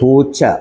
പൂച്ച